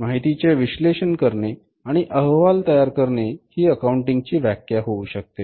माहितीचे विश्लेषण करणे आणि अहवाल तयार करणे ही अकाउंटिंगची व्याख्या होऊ शकते